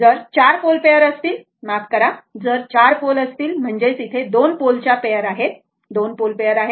जर 4 pole pair असतील माफ करा जर 4 पोल असतीलयाचा अर्थ 2 पोलच्या पेअर आहेत तर 2 पोल पेअर आहेत